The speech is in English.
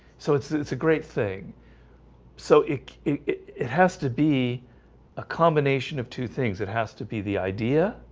so it's it's a great thing so it it it has to be a combination of two things. it has to be the idea